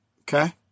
okay